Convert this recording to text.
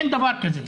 אין דבר כזה.